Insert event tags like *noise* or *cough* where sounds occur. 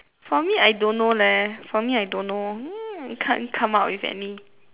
for me I don't know leh for me I don't know *noise* can't come up with any